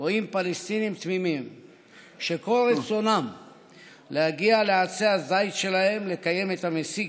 רואים פלסטינים תמימים שכל רצונם להגיע לעצי הזית שלהם לקיים את המסיק,